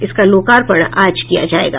इसका लोकार्पण आज किया जायेगा